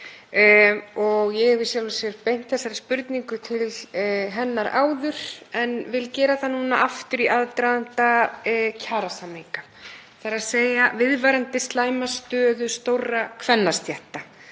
og ég hef í sjálfu sér beint þessari spurningu til hennar áður en geri það aftur í aðdraganda kjarasamninga, þ.e. um viðvarandi slæma stöðu stórra kvennastétta.